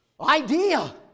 idea